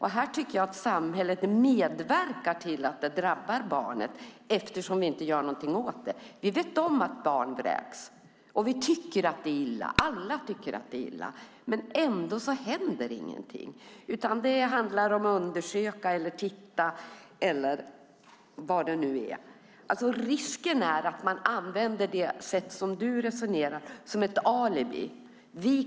Här tycker jag att samhället medverkar till att det drabbar barnen eftersom vi inte gör något åt det. Vi vet om att barn vräks, och vi tycker att det är illa. Alla tycker att det är illa, men ändå händer ingenting. I stället säger man att man ska undersöka, titta eller vad det nu kan vara. Risken är att man använder Henrik Ripas sätt att resonera som ett alibi.